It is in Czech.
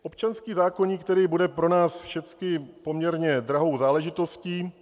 Občanský zákoník tedy bude pro nás všechny poměrně drahou záležitostí.